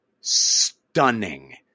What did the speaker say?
stunning